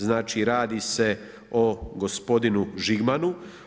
Znači, radi se o gospodinu Žigmanu.